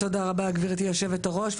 תודה רבה גברתי היושבת-ראש,